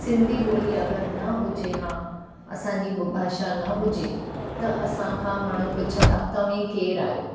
सिंधी ॿोली अगरि न हुजे हुआ असांजी भाषा न हुजे त असां खां माण्हू पुछंदा तव्हां केरु आहियो